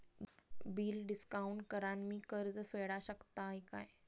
Bill discount करान मी कर्ज फेडा शकताय काय?